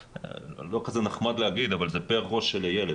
לא כל כך נעים להגיד פר ראש של ילד.